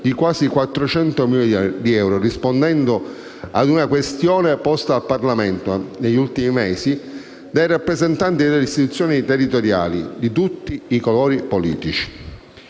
di quasi 400 milioni di euro, rispondendo a una questione posta al Parlamento negli ultimi mesi dai rappresentanti delle istituzioni territoriali di tutti i colori politici.